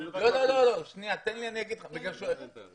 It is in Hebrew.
אלה מספרים קטנים על מדינת ישראל,